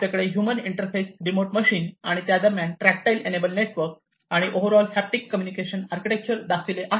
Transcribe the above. आपल्याकडे human interface remote machine आणि त्या दरम्यान ट्रॅक्टटाईल एनएबल नेटवर्क आणि overall haptic communication architecture दाखविले आहे